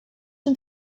and